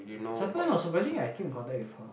surprising I keep in contact with her